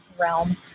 realm